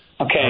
Okay